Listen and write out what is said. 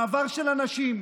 מעבר של אנשים,